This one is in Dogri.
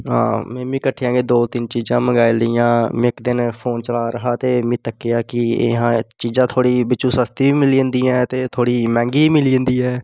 में बी किट्ठियां गै दो तिन्न चीजां मंगोआई लेइयां में इक दिन फोन चला'रदा हा ते में तक्केआ कि ऐ हां चीजां थोह्ड़ी जि'यां बिच्चों सस्ती बी मिली जंदियां ते थोह्ड़ी मैंह्गी बी मिली जंदी ऐ